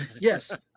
Yes